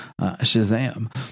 Shazam